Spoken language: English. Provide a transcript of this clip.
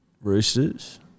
Roosters